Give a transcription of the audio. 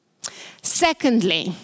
Secondly